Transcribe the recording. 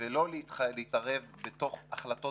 ולא להתערב בתוך החלטות